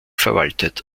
verwaltet